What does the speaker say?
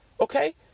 Okay